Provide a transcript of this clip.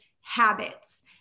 habits